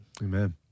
Amen